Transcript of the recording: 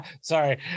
Sorry